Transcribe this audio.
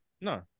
No